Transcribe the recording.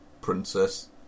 princess